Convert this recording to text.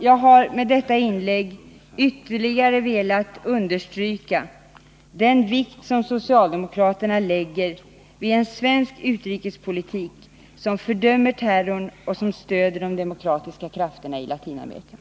Jag har med detta inlägg velat ytterligare understryka den vikt som socialdemokraterna lägger vid en svensk utrikespolitik som fördömer terror och som stöder de demokratiska krafterna i Latinamerika.